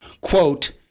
Quote